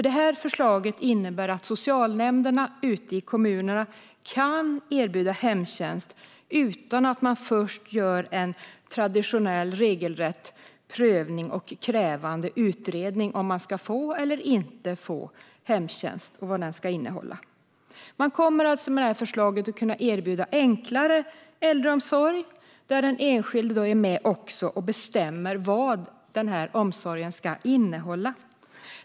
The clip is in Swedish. Det här förslaget innebär nämligen att socialnämnderna ute i kommunerna kan erbjuda hemtjänst utan att man först gör en traditionell, regelrätt prövning och en krävande utredning av om man ska få hemtjänst eller inte och vad den i så fall ska innehålla. Man kommer alltså med detta förslag att kunna erbjuda enklare äldreomsorg, och den enskilde är med och bestämmer vad omsorgen ska innehålla.